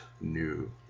new